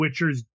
witchers